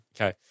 Okay